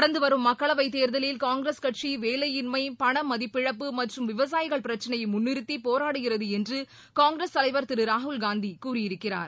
நடந்து வரும் மக்களவை தேர்தலில் காங்கிரஸ் கட்சி வேலையின்மை பணமதிப்பிழப்பு மற்றும் விவசாயிகள் பிரச்சனையை முன்னிறுத்தி போராடுகிறது என்று காங்கிரஸ் தலைவர் திரு ராகுல் ் ள்நதி கூறியிருக்கிறார்